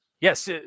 Yes